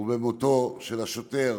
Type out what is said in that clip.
ובצער על מותו של השוטר